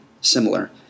similar